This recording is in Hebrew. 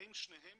שאין שניהם